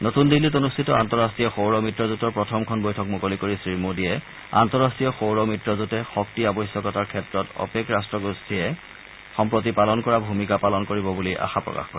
নতুন দিল্লীত অনুষ্ঠিত আন্তঃৰাষ্ট্ৰীয় সৌৰ মিত্ৰজোঁটৰ প্ৰথমখন বৈঠক মুকলি কৰি শ্ৰীমোডীয়ে আন্তঃৰাষ্ট্ৰীয় সৌৰ মিত্ৰজোঁটে শক্তি আৱশ্যকতাৰ ক্ষেত্ৰত অপেক ৰট্টগোষ্ঠীয়ে সম্প্ৰতি পালন কৰা ভূমিকা পালন কৰিব বুলি আশা প্ৰকাশ কৰে